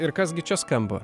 ir kas gi čia skamba